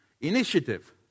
Initiative